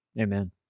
Amen